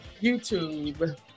YouTube